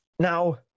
Now